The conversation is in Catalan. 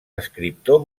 escriptor